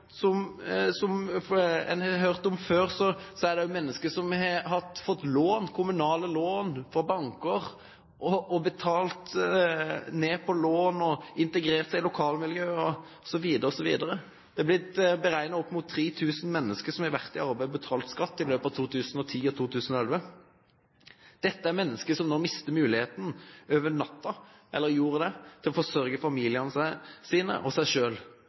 den muligheten. Som en har hørt om før, er dette mennesker som har fått lån, kommunale lån, lån fra banker, og som har betalt ned på lån og blitt integrert i lokalmiljøet, osv. Det er beregnet at opp mot 3 000 mennesker har vært i arbeid og betalt skatt i løpet av 2010 og 2011. Dette er mennesker som over natten mistet muligheten til å forsørge familiene sine og seg